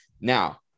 Now